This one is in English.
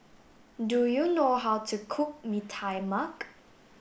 do you know how to cook Mee Tai Mak